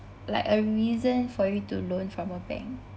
like a reason for you to loan from a bank